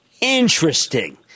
Interesting